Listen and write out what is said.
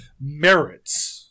merits